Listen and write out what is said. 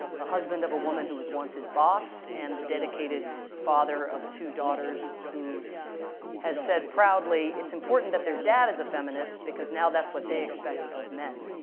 the husband of a woman who was once his boss, and the dedicated father of two daughters who has said proudly, it's important that their dad is a feminist, because now that's what they expect of men.